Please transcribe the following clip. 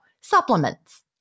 Supplements